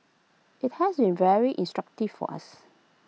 IT has been very instructive for us